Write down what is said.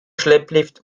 schlepplift